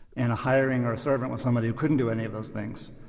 and a hireling or a servant was somebody who couldn't do any of those things.